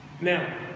Now